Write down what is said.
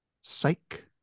psych